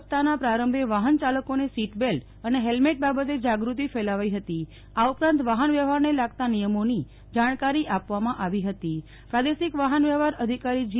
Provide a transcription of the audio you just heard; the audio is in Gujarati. સપ્તાહના પ્રારંભે વાહન ચાલકોને સીટ બેલ્ટ અને હેલ્મેટ બાબતે જાગૃતિ ફેલાવાઈ હતી આ ઉપરાંત વાહન વ્યવહારને લગતા નિયમોની જાણકારી આપવામાં આવી હતી પ્રાદેશિક વાહન વ્યવહાર અધિકારી જી